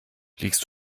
liegst